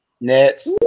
Nets